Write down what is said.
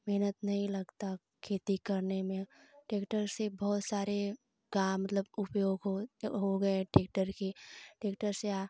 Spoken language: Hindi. मेहनत नहीं लगता खेती करने में ट्रैक्टर से बहुत सारे काम मतलब की उपयोग हो गये ट्रैक्टर की ट्रैक्टर से आ